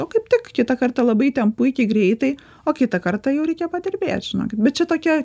o kaip tik kitą kartą labai ten puikiai greitai o kitą kartą jau reikia padirbėt žinokit bet čia tokia